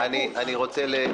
אתם בעד הבלוק.